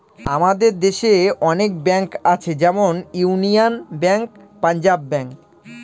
আমাদের দেশে অনেক ব্যাঙ্ক আছে যেমন ইউনিয়ান ব্যাঙ্ক, পাঞ্জাব ব্যাঙ্ক